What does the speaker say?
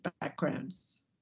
backgrounds